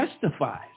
justifies